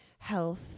health